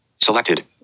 Selected